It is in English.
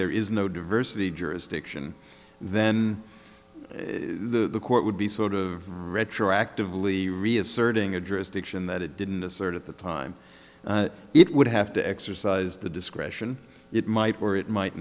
there is no diversity jurisdiction then the court would be sort of retroactively reasserting address diction that it didn't assert at the time it would have to exercise the discretion it might or it might